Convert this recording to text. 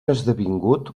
esdevingut